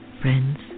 friends